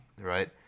right